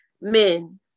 men